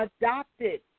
adopted